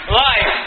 life